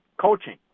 Coaching